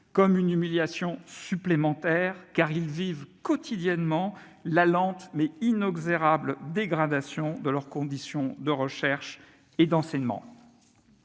comme une humiliation supplémentaire, car elle vit quotidiennement la lente, mais inexorable dégradation de ses conditions de recherche et d'enseignement.